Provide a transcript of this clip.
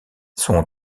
son